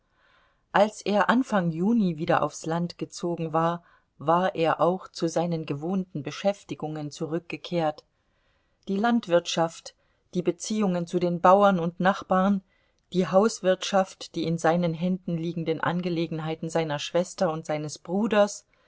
als er anfang juni wieder aufs land gezogen war war er auch zu seinen gewohnten beschäftigungen zurückgekehrt die landwirtschaft die beziehungen zu den bauern und nachbarn die hauswirtschaft die in seinen händen liegenden angelegenheiten seiner schwester und seines bruders